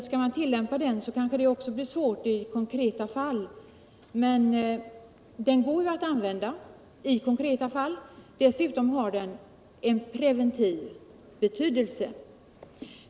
Skall man tillämpa lagen kan det bli svårt i konkreta fall, men även där går den att använda. Dessutom har den en preventiv betydelse.